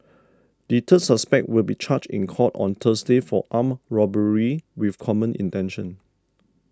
the third suspect will be charged in court on Thursday for armed robbery with common intention